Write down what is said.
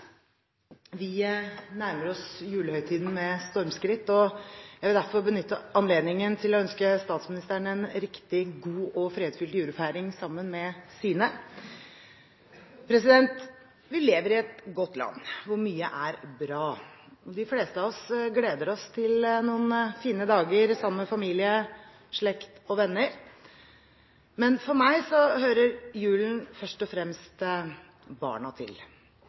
og fredfylt julefeiring sammen med sine. Vi lever i et godt land hvor mye er bra. De fleste av oss gleder oss til noen fine dager sammen med familie, slekt og venner. Men for meg hører julen først og fremst barna til.